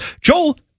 Joel